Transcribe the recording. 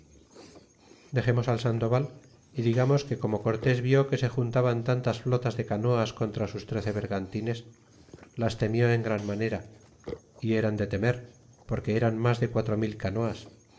dexemos al sandoval y digamos que como cortés vi que se juntaban tantas flotas de canoas contra sus trece bergantines las temió en gran manera y eran de temer porque eran mas de quatro mil canoas